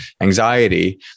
anxiety